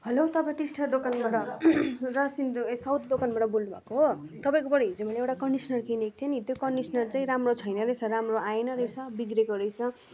hello तपाईँ टिस्टा दोकानबाट रासिन दु ए सौदा दोकानबाट बोल्नु भएको हो तपाईँकोबाट हिजो एउटा कन्डिस्नर किनेको थिएँ नि त्यो कन्डिस्नर चाहिँ राम्रो छैन रहेछ राम्रो आएन रहेछ बिग्रेको रहेछ